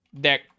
Deck